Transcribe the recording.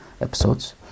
episodes